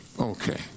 Okay